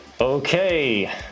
Okay